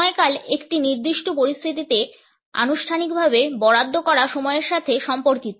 সময়কাল একটি নির্দিষ্ট পরিস্থিতিতে আনুষ্ঠানিকভাবে বরাদ্দ করা সময়ের সাথে সম্পর্কিত